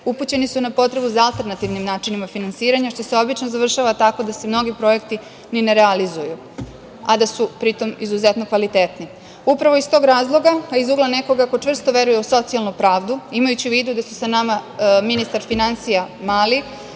upućeni su na potrebu za alternativnim načinima finansiranja, što se obično završava tako da se mnogi projekti ni ne realizuju, a da su pri tom izuzetno kvalitetni. Upravo iz tog razloga, a iz ugla nekoga ko čvrsto veruje u socijalnu pravdu, imajući u vidu da su sa nama ministar finansija Mali